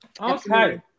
Okay